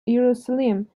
jerusalem